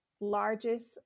largest